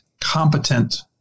competent